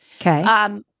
Okay